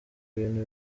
ibintu